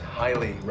highly